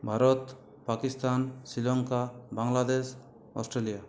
Bharat Pakistan Sri Lanka Bangladesh Australia